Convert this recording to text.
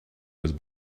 was